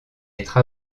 être